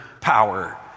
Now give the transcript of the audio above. power